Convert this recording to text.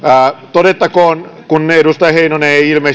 todettakoon kun edustaja heinonen